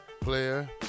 player